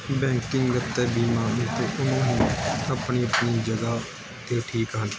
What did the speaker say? banking ਅਤੇ ਬੀਮਾ ਵਿੱਚ ਦੋਵੇਂ ਹੀ ਆਪਣੀ ਆਪਣੀ ਜਗ੍ਹਾ 'ਤੇ ਠੀਕ ਹਨ